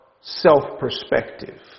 self-perspective